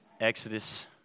Exodus